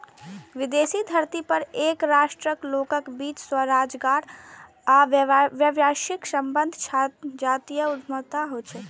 विदेशी धरती पर एके राष्ट्रक लोकक बीच स्वरोजगार आ व्यावसायिक संबंध जातीय उद्यमिता छियै